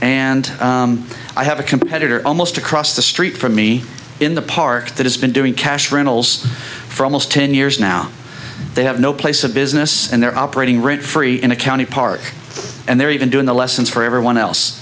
and i have a competitor almost across the street from me in the park that has been doing cash rentals for almost ten years now they have no place of business and they're operating rent free in a county park and they're even doing the lessons for everyone else